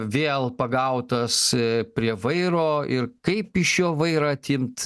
vėl pagautas prie vairo ir kaip iš jo vairą atimt